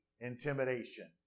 intimidation